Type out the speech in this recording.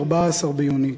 14 ביוני,